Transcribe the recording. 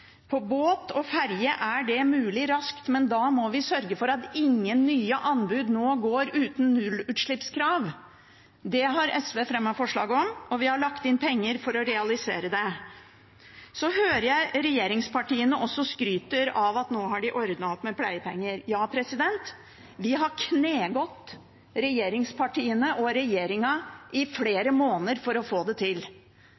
På båt og ferge er det mulig raskt, men da må vi sørge for at ingen nye anbud går uten nullutslippskrav. Det har SV fremmet forslag om, og vi har lagt inn penger for å realisere det. Så hører jeg at regjeringspartiene også skryter av at de nå har ordnet opp med pleiepenger. Ja, vi har knegått regjeringspartiene og regjeringen i